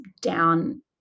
down